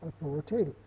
authoritative